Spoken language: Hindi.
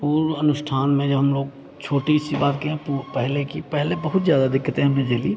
पूर्व अनुष्ठान में जब हम लोग छोटी सी बात कहें तो पहले की पहले बहुत ज़्यादा दिक्कतें हमने झेली